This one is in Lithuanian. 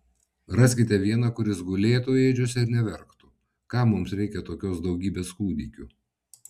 raskite vieną kuris gulėtų ėdžiose ir neverktų kam mums reikia tokios daugybės kūdikių